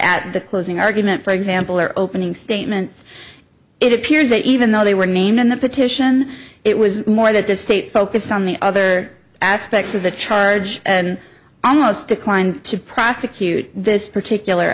at the closing argument for example or opening statements it appears that even though they were named in the petition it was more that the state focused on the other aspects of the charge and almost declined to prosecute this particular